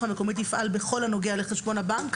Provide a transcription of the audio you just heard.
המקומית יפעל בכל הנוגע לחשבון הבנק,